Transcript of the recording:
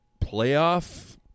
playoff